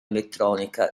elettronica